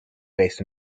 based